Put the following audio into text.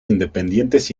independientes